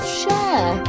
share